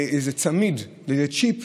לאיזה צמיד, לאיזה צ'יפ,